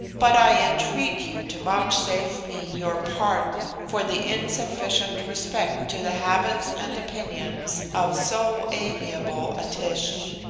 but i entreat you to vouchsafe me your pardon for the insufficient respect to the habits and opinions of so amiable a tish!